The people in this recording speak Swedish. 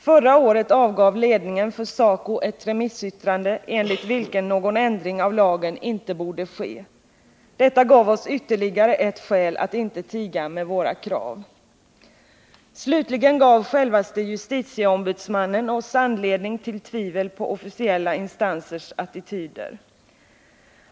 Förra året avgav ledningen för SACO ett remissyttrande enligt vilket någon ändring av lagen inte borde ske. Detta gav oss ytterligare ett skäl att inte tiga med våra krav. Slutligen gav självaste justitieombudsmannen oss anledning till tvivel på officiella instansers attityder.